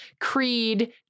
creed